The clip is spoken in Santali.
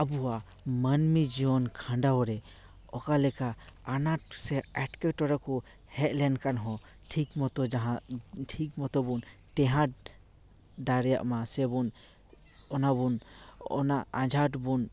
ᱟᱵᱚᱣᱟᱜ ᱢᱟᱹᱱᱢᱤ ᱡᱤᱭᱚᱱ ᱠᱷᱟᱸᱰᱟᱣ ᱨᱮ ᱚᱠᱟ ᱞᱮᱠᱟ ᱟᱱᱟᱴ ᱥᱮ ᱮᱴᱠᱮᱴᱚᱬᱮ ᱠᱚ ᱦᱮᱡ ᱞᱮᱱᱠᱷᱟᱱ ᱦᱚᱸ ᱴᱷᱤᱠ ᱢᱚᱛᱚ ᱡᱟᱦᱟᱸ ᱴᱷᱤᱠ ᱢᱚᱛᱚᱵᱚᱱ ᱴᱮᱦᱮᱴ ᱫᱟᱲᱮᱭᱟᱜᱢᱟ ᱥᱮᱵᱚᱱ ᱚᱱᱟ ᱵᱚᱱ ᱚᱱᱟ ᱟᱸᱡᱷᱟᱴ ᱵᱚᱱ